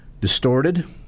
distorted